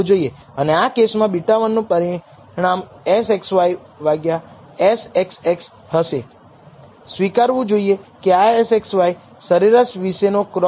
અને આ કેસમાં β1 નું પરિણામ Sxy બાય Sxx હશે સ્વીકારવું જોઈએ કે આ Sxy સરેરાશ વિશેનો ક્રોસ કોવેરીયાંસ નથી પરંતુ 0 વિશે છે